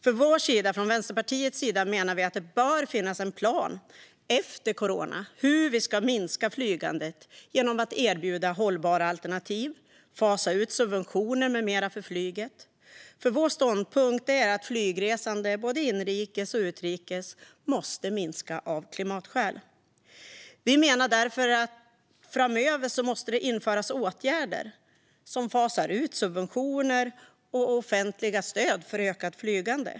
Från Vänsterpartiets sida menar vi att det bör finnas en plan efter corona för hur vi ska minska flygandet genom att fasa ut subventioner med mera för flyget och erbjuda hållbara alternativ. Vår ståndpunkt är ju att flygresande både inrikes och utrikes måste minska av klimatskäl. Vi menar därför att det framöver måste införas åtgärder som fasar ut subventioner och offentliga stöd för ökat flygande.